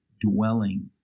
dwelling